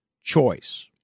choice